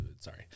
Sorry